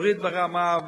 להוריד ברמה,